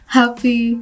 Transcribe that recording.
happy